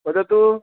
वदतु